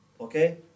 okay